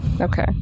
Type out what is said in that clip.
okay